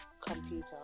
computer